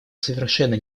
совершенно